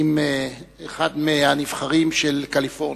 עם אחד מהנבחרים של קליפורניה.